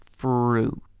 Fruit